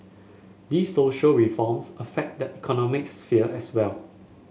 these social reforms affect the economic sphere as well